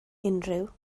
unrhyw